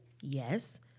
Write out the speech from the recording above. Yes